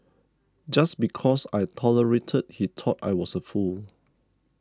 just because I tolerated he thought I was a fool